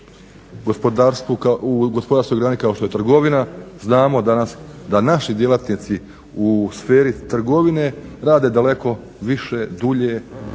u gospodarskoj grani kao što je trgovina znamo danas da naši djelatnici u sferi trgovine rade daleko više, dulje